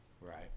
Right